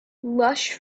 lush